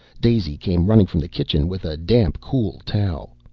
daisy came running from the kitchen with a damp cool towel.